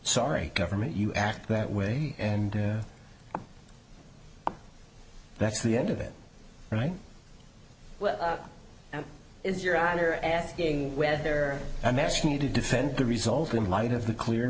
sorry government you act that way and that's the end of it right now is your honor asking where i'm asking you to defend the result in light of the clear